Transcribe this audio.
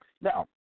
Now